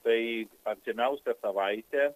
tai artimiausią savaitę